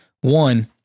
one